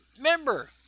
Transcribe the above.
member